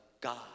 god